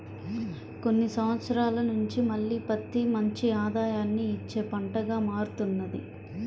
కొన్ని సంవత్సరాల నుంచి మళ్ళీ పత్తి మంచి ఆదాయాన్ని ఇచ్చే పంటగా మారుతున్నది